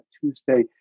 Tuesday